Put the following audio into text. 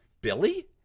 Billy